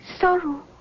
sorrow